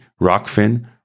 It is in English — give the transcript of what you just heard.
Rockfin